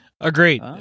Agreed